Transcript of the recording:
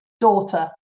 daughter